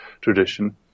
tradition